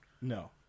no